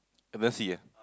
never see ah